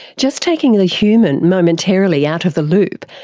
just taking the human momentarily out of the loop,